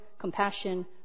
compassion